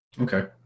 Okay